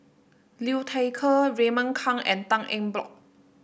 Liu Thai Ker Raymond Kang and Tan Eng Bock